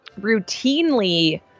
routinely